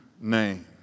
name